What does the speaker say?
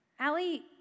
Allie